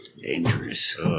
Dangerous